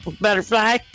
Butterfly